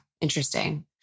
Interesting